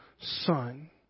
son